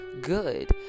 good